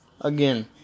again